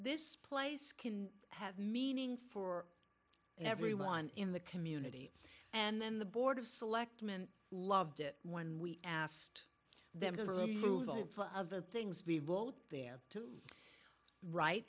this place can have meaning for everyone in the community and then the board of selectmen loved it when we asked them to move for other things we vote there too right